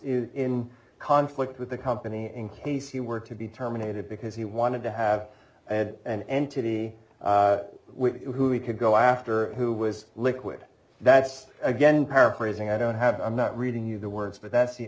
in conflict with the company in case he were to be terminated because he wanted to have an entity who he could go after who was liquid that's again paraphrasing i don't have i'm not reading you the words but that's the